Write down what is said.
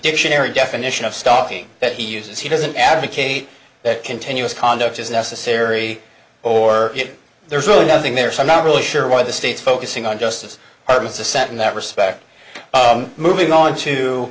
dictionary definition of stalking that he uses he doesn't advocate that continuous conduct is necessary or there's really nothing there so i'm not really sure why the states focusing on justice are going to set in that respect moving on to